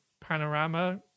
panorama